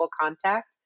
contact